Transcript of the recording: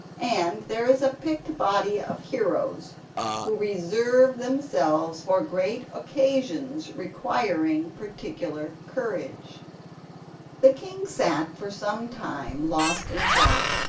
and there is a picked body of heroes who reserve themselves for great occasions requiring particular courage the king sat for some time lost in thought.